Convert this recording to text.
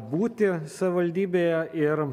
būti savivaldybėje ir